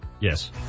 Yes